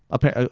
okay,